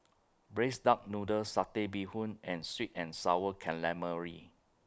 Braised Duck Noodle Satay Bee Hoon and Sweet and Sour Calamari